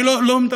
אני לא מדבר,